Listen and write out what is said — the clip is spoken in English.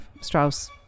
Strauss